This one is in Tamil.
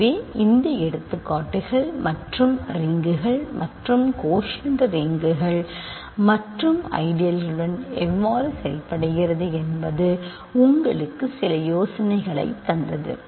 எனவே இந்த எடுத்துக்காட்டுகள் மற்றும் ரிங்குகள் மற்றும் கோஷன்ட் ரிங்குகள் மற்றும் ஐடியல்ளுடன் எவ்வாறு செயல்படுவது என்பது உங்களுக்கு சில யோசனைகளைத் தந்தது